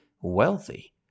wealthy